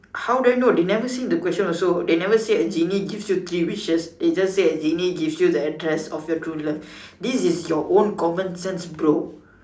how do I know they never say in the question also they never a genie gives you three wishes they just say a genie gives you the address of your true love this is your own common sense bro